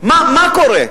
מה קורה?